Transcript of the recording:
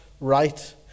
right